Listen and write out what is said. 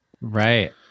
Right